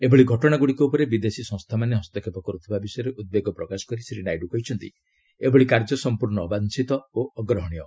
ଏଭଳି ଘଟଣାଗ୍ରଡ଼ିକ ଉପରେ ବିଦେଶୀ ସଂସ୍ଥାମାନେ ହସ୍ତକ୍ଷେପ କର୍ରଥିବା ବିଷୟରେ ଉଦ୍ବେଗ ପ୍ରକାଶ କରି ଶ୍ରୀ ନାଇଡ଼ କହିଛନ୍ତି ଏଭଳି କାର୍ଯ୍ୟ ସମ୍ପର୍ଶ୍ଣ ଅବାଞ୍ଚିତ ଓ ଅଗ୍ରହଣୀୟ